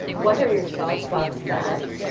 what are your thoughts about that?